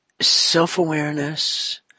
self-awareness